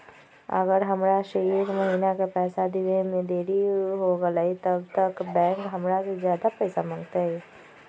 अगर हमरा से एक महीना के पैसा देवे में देरी होगलइ तब बैंक हमरा से ज्यादा पैसा मंगतइ?